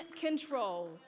control